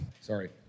Sorry